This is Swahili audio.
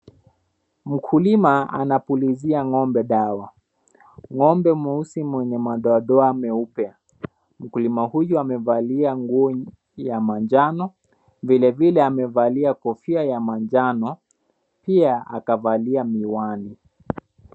Mkulima anapulizia ng'ombe dawa, ng'ombe mweusi mwenye madoadoa meupe. Mkulima huyu amevalia nguo ya manjano vilevile amevalia kofia ya manjano pia akavalia miwani.